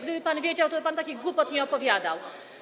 Gdyby pan wiedział, toby pan takich głupot nie opowiadał.